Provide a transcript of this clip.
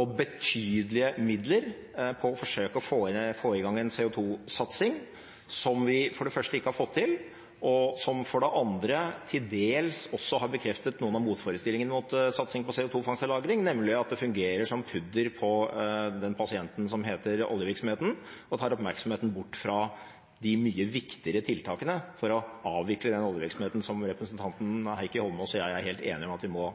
og betydelige midler på å forsøke å få i gang en CO2-satsing, som vi for det første ikke har fått til, og som for det andre til dels har bekreftet noen av motforestillingene mot satsing på CO2-fangst og -lagring, nemlig at det fungerer som pudder på den pasienten som heter oljevirksomheten, og at det tar oppmerksomheten bort fra de mye viktigere tiltakene for å avvikle den oljevirksomheten som representanten Heikki Eidsvoll Holmås og jeg er helt enige om at vi må